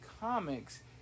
comics